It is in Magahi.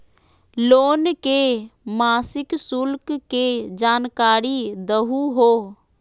लोन के मासिक शुल्क के जानकारी दहु हो?